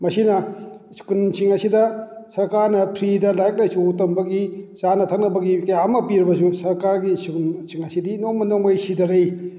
ꯃꯁꯤꯅ ꯏꯁꯀꯨꯜꯁꯤꯡ ꯑꯁꯤꯗ ꯁꯔꯀꯥꯔꯅ ꯐ꯭ꯔꯤꯗ ꯂꯥꯏꯔꯤꯛ ꯂꯥꯏꯁꯨ ꯇꯝꯕꯒꯤ ꯆꯥꯅ ꯊꯛꯅꯕꯒꯤ ꯀꯌꯥ ꯑꯃ ꯄꯤꯔꯕꯁꯨ ꯁꯔꯀꯥꯔꯒꯤ ꯏꯁꯀꯨꯜꯁꯤꯡ ꯑꯁꯤꯗꯤ ꯅꯣꯡꯃ ꯅꯣꯡꯃꯒꯤ ꯁꯤꯗꯔꯛꯏ